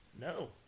No